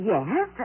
Yes